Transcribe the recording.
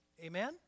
Amen